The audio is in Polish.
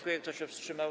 Kto się wstrzymał?